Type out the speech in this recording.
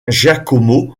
giacomo